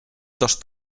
dos